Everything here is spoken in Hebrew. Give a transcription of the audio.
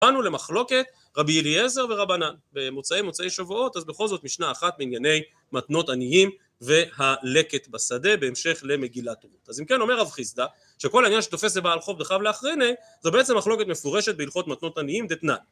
ובאנו למחלוקת רבי אליאזר ורבנן במוצאי מוצאי שבועות אז בכל זאת משנה אחת בענייני מתנות עניים והלקט בשדה בהמשך למגילת רות אז אם כן אומר רב חיסדה שכל העניין שתופסת בה על חוב וחב לאחריני זה בעצם מחלוקת מפורשת בהלכות מתנות עניים דתנאי